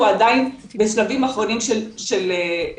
הוא עדיין בשלבים אחרונים של הכנה.